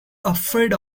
afraid